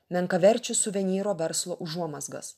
menkaverčių suvenyro verslo užuomazgas